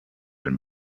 and